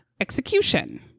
execution